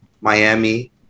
miami